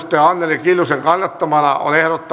anneli kiljusen kannattamana